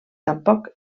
tampoc